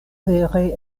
vere